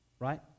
Right